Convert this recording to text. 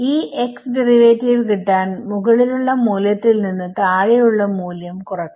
ഈ ഡെറിവേറ്റീവ് കിട്ടാൻമുകളിലുള്ള മൂല്യത്തിൽ നിന്ന് താഴെ ഉള്ള മൂല്യം കുറക്കണം